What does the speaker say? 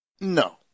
No